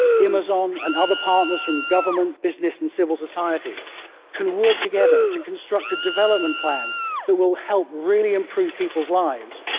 imazon and other partners from government, business and civil society can work together to construct a development plan that will help really improve people's lives,